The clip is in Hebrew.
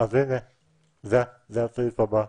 זה הסעיף הבא,